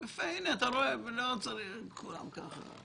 יפה, הנה, אתה רוצה, לא צריך כולם ככה.